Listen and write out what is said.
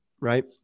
right